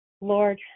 Lord